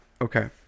Okay